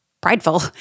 prideful